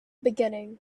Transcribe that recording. beginning